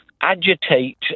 agitate